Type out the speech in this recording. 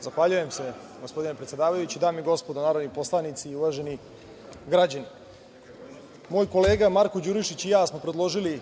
Zahvaljujem se, gospodine predsedavajući. Dame i gospodo narodni poslanici, uvaženi građani, moj kolega Marko Đurišić i ja smo predložili